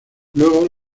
luego